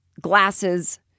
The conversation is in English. glasses